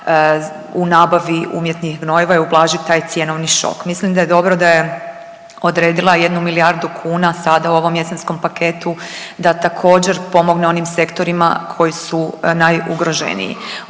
u nabavi umjetnih gnojiva i ublaži taj cjenovni šok. Mislim da je dobro da je odredila 1 milijardu kuna sada u ovom jesenskom paketu da također pomogne onim sektorima koji su najugroženiji.